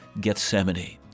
Gethsemane